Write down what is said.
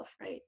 right